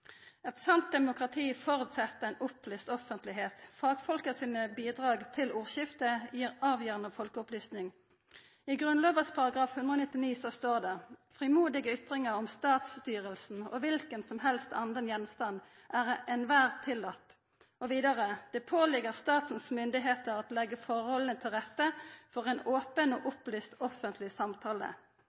sant demokrati føreset ei opplyst offentlegheit. Fagfolka sine bidrag til ordskiftet gir avgjerande folkeopplysning. I Grunnlova § 100 står det: «Frimodige Ytringer om Statsstyrelsen og hvilkensomhelst anden Gjenstand ere Enhver tilladte.» Og vidare: «Det paaligger Statens Myndigheder at lægge Forholdene til Rette for en aaben og oplyst offentlig Samtale.»